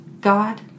God